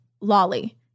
Lolly